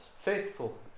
faithful